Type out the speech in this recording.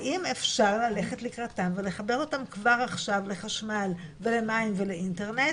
האם אפשר ללכת לקראתם ולחבר אותם כבר עכשיו לחשמל ולמים ולאינטרנט,